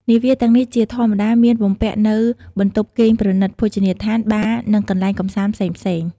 នាវាទាំងនេះជាធម្មតាមានបំពាក់នូវបន្ទប់គេងប្រណិត ភោជនីយដ្ឋាន បារ និងកន្លែងកម្សាន្តផ្សេងៗ។